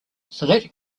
select